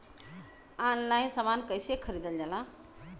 Online समान कैसे खरीदल जाला?